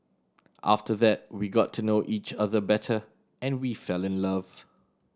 after that we got to know each other better and we fell in love